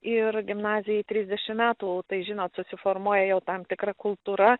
ir gimnazijai trisdešimt metų tai žinot susiformuoja jau tam tikra kultūra